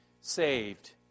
saved